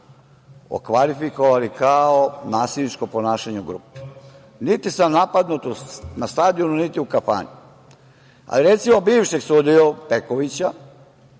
okvalifikovali kao nasilničko ponašanje u grupi. Niti sam napadnut na stadionu, niti u kafani, a recimo bivšeg sudiju Pekovića,